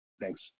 Thanks